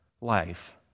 life